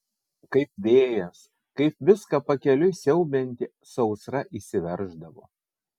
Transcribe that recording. kaip vėjas kaip viską pakeliui siaubianti sausra įsiverždavo